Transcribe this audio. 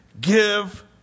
give